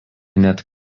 net